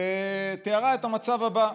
ותיארה את המצב הבא: